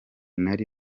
nari